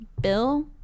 Bill